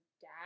dad